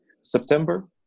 September